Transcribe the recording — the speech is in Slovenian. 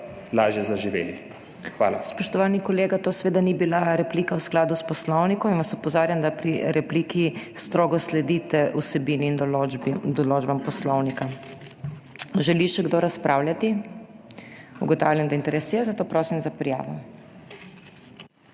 MAG. MEIRA HOT:** Spoštovani kolega, to seveda ni bila replika v skladu s Poslovnikom in vas opozarjam, da pri repliki strogo sledite vsebini in določbam Poslovnika. Želi še kdo razpravljati? Ugotavljam, da je interes, zato prosim za prijavo.